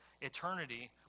eternity